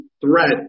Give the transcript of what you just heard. threat